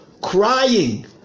crying